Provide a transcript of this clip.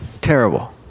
Terrible